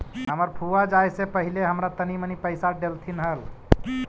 हमर फुआ जाए से पहिले हमरा तनी मनी पइसा डेलथीन हल